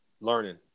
learning